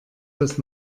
das